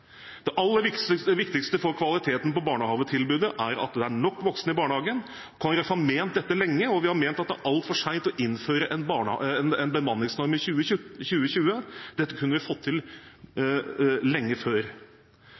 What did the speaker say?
det er for få voksne. Det aller viktigste for kvaliteten på barnehagetilbudet er at det er nok voksne i barnehagen. Kristelig Folkeparti har ment dette lenge, og vi har ment at det er altfor sent å innføre en bemanningsnorm i 2020. Dette kunne vi ha fått til lenge før.